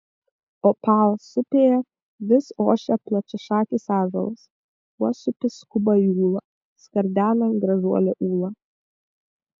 o pauosupėje vis ošia plačiašakis ąžuolas uosupis skuba į ūlą skardena gražuolė ūla